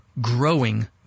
Growing